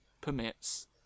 permits